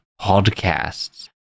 podcasts